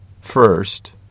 first